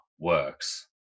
works